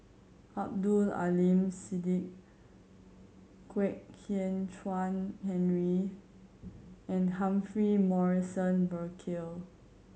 Abdul Aleem Siddique Kwek Hian Chuan Henry and Humphrey Morrison Burkill